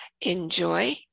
Enjoy